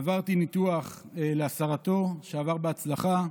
עברתי ניתוח להסרתו, והוא עבר בהצלחה.